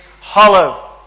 hollow